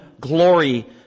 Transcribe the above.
glory